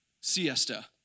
siesta